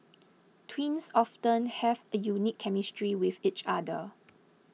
twins often have a unique chemistry with each other